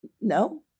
No